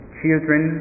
children